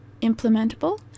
implementable